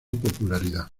popularidad